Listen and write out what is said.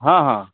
हॅं हॅं